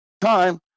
Time